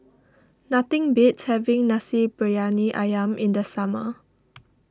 nothing beats having Nasi Briyani Ayam in the summer